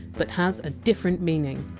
but has a different meaning.